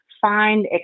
find